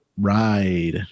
ride